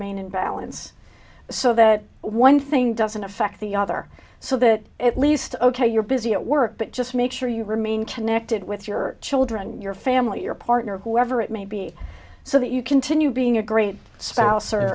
main in balance so that one thing doesn't affect the other so that at least ok you're busy at work but just make sure you remain connected with your children your family your partner whoever it may be so that you continue being a great spouse or